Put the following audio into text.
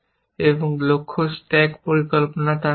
এবং লক্ষ্য স্ট্যাক পরিকল্পনা তা করবে